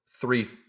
three